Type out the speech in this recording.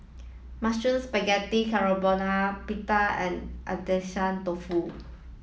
Mushroom Spaghetti Carbonara Pita and Agedashi Dofu